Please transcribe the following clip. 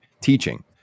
teaching